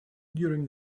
during